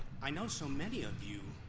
i know so many of you.